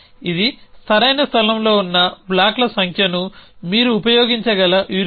ఇది సరైన స్థలంలో ఉన్న బ్లాక్ల సంఖ్యను మీరు ఉపయోగించగల హ్యూరిస్టిక్